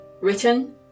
written